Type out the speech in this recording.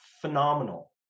phenomenal